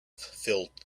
filled